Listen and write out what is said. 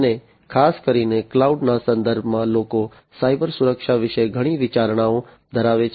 અને ખાસ કરીને ક્લાઉડના સંદર્ભમાં લોકો સાયબર સુરક્ષા વિશે ઘણી વિચારણાઓ ધરાવે છે